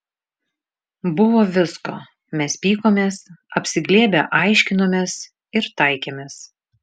buvo visko mes pykomės apsiglėbę aiškinomės ir taikėmės